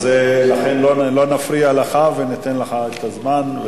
לכן לא נפריע לך וניתן לך את הזמן.